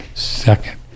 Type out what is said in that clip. second